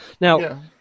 Now